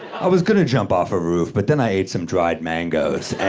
i was gonna jump off a roof, but then i ate some dried mangoes, and